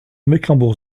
mecklembourg